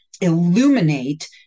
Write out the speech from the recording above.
illuminate